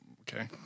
okay